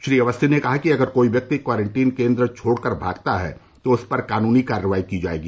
श्री अवस्थी ने कहा कि अगर कोई व्यक्ति क्वारंटीन केंद्र छोड़कर भागता है तो उस पर कानूनी कार्रवाई की जाएगी